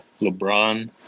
LeBron